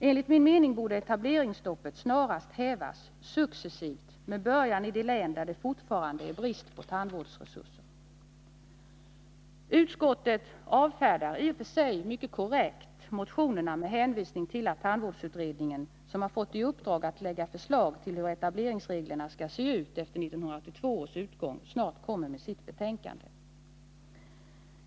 Enligt min mening borde etableringsstoppet snarast hävas, successivt, med början i de län där det fortfarande är brist på tandvårdsresurser. Utskottet avfärdar, i och för sig mycket korrekt, motionerna med hänvisning till att tandvårdsutredningen — som har fått i uppdrag att framlägga förslag till hur etableringsreglerna skall se ut efter 1982 års utgång — snart kommer med sitt betänkande.